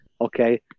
okay